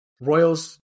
Royals